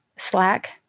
Slack